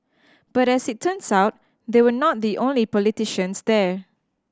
but as it turns out they were not the only politicians there